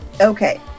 Okay